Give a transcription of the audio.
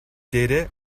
дээрээ